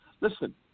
Listen